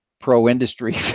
pro-industry